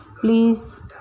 Please